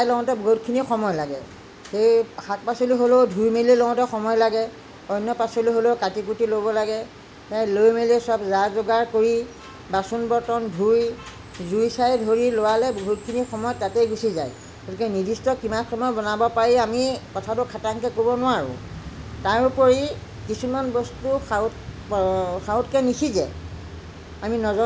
গোটাই মেলি লওঁতে বহুতখিনি সময় লাগে সেই শাক পাচলি ধুই মেলি লওঁতে বহুতখিনি সময় লাগে অন্য পাচলি হ'লেও কাটি কুটি ল'ব লাগে লৈ মেলি চব যা যোগাৰ কৰি বাচন বৰ্তন ধুই জুই চাই ধৰি লোৱালে বহুতখিনি সময় তাতেই গুচি যায় গতিকে নিৰ্দিষ্ট কিমান সময়ত বনাব পাৰি আমি কথাটো খাটাংকে ক'ব নোৱাৰো তথাপি কিছুমান বস্তু সাওতকে নিসিজে